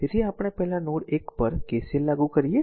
તેથી પહેલા આપણે નોડ 1 પર KCL લાગુ કરીએ